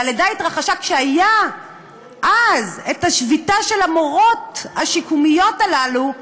והלידה התרחשה כשהייתה השביתה של המורות השיקומיות הללו,